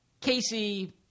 Casey